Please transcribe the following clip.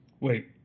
Wait